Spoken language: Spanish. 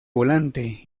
volante